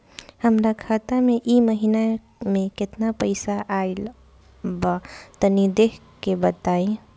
हमरा खाता मे इ महीना मे केतना पईसा आइल ब तनि देखऽ क बताईं?